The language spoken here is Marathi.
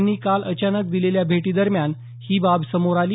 यांनी काल अचानक दिलेल्या भेटी दरम्यान ही बाब समोर आली